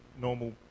normal